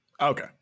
Okay